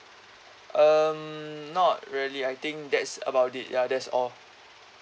um not really I think that's about it ya that's all